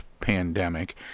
pandemic